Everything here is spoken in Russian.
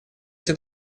эти